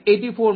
84 મળે છે